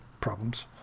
problems